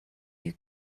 you